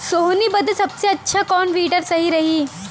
सोहनी बदे सबसे अच्छा कौन वीडर सही रही?